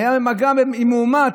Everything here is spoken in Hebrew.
היה במגע עם מאומת,